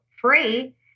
free